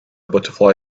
butterfly